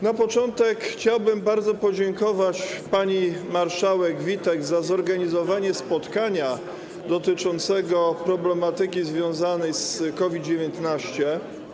Na początku chciałbym bardzo podziękować pani marszałek Witek za zorganizowanie spotkania dotyczącego problematyki związanej z COVID-19.